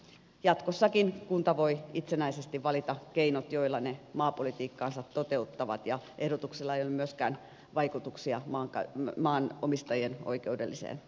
jatkossakin kunta voi itsenäisesti valita keinot joilla se maapolitiikkaansa toteuttaa ja ehdotuksella ei ole myöskään vaikutuksia maanomistajien oikeudelliseen asemaan